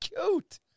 cute